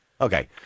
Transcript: Okay